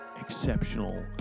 exceptional